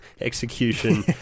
Execution